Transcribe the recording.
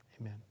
Amen